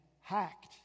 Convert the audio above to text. hacked